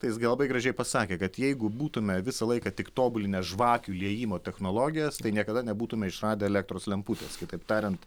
tai jis gal labai gražiai pasakė kad jeigu būtume visą laiką tik tobulinę žvakių liejimo technologijas tai niekada nebūtume išradę elektros lemputės kitaip tariant